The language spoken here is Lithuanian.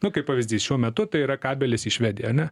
nu kaip pavyzdys šiuo metu tai yra kabelis į švediją ane